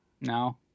No